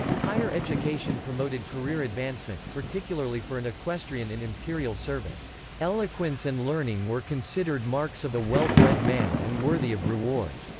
higher education promoted career advancement, particularly for an equestrian in imperial service eloquence and learning were considered marks of a well-bred man and worthy of reward.